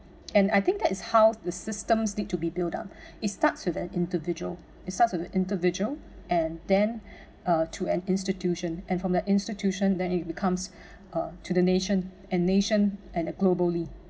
and I think that is how the systems need to be built up it starts with an individual it starts with individual and then uh to an institution and from the institution then it becomes uh to the nation and nation and it globally